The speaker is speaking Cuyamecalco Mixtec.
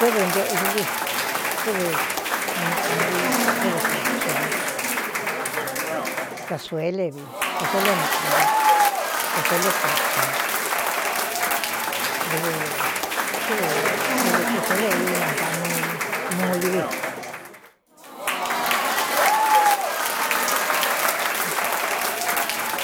Kɨdɨ nteꞌñuvi kɨdɨ naꞌnu vi kɨdɨɨ kuēchi vi kasuelevi kasoélé naꞌnu vi ka soélé kuechi vi ɨkɨdɨ dɨvɨ kasuele í ña ntaꞌnuu muli vi